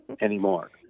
anymore